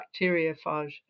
bacteriophage